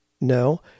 no